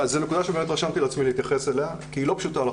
זאת נקודה שבאמת רשמתי לעצמי להתייחס אליה כי היא לחלוטין לא פשוטה.